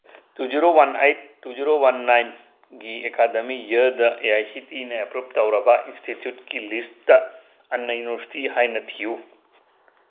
two zero one eight two zero one ꯅꯥꯏꯟꯒꯤ academic ꯏꯌꯥꯔꯗ A I C ꯇꯤꯅ approve ꯇꯧꯔꯕ ꯏꯟꯁꯇꯤꯇ꯭ꯌꯨꯠꯀꯤ ꯂꯤꯁꯇ ꯑꯟꯅ ꯌꯨꯅꯤꯚꯔꯁꯤꯇꯤ ꯍꯥꯏꯅ ꯊꯤꯌꯨ